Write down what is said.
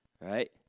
right